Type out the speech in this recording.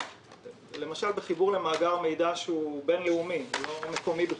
למשל בחיבור למאגר מידע בין-לאומי, לא מקומי בכלל,